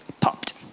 popped